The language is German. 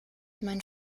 mein